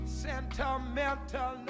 sentimental